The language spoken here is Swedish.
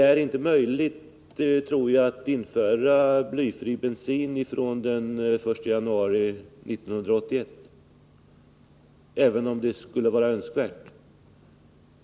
Jagtror inte att det är möjligt att införa blyfri bensin från den första januari 1981, även om det skulle vara önskvärt.